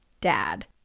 dad